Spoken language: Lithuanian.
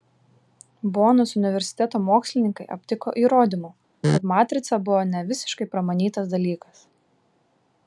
bonos universiteto mokslininkai aptiko įrodymų kad matrica buvo ne visiškai pramanytas dalykas